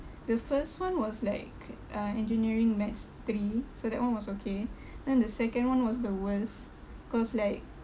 the first one was like uh engineering maths three so that one was okay then the second one was the worst cause like